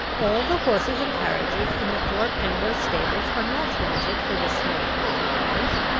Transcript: all the horses and carriages in the thorpe ambrose stables are not wanted for this small party of ours,